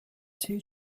two